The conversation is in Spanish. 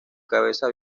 cabeza